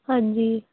ਹਾਂਜੀ